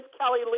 Kelly